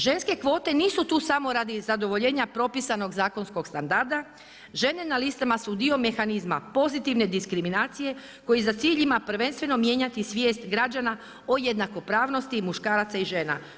Ženske kvote nisu tu samo radi zadovoljenja propisanog zakonskog standarda, žene na listama su dio mehanizma, pozitivne diskriminacije, koji za cilj ima prvenstveno ima mijenjati svijest građana o jednakopravnosti muškaraca i žena.